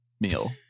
meal